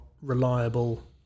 reliable